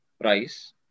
price